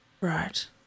Right